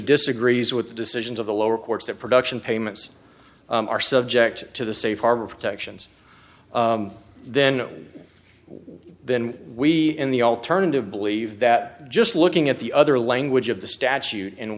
disagrees with the decisions of the lower courts that production payments are subject to the safe harbor protections then then we in the alternative believe that just looking at the other language of the statute and